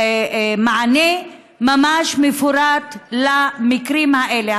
מענה ממש מפורט למקרים האלה.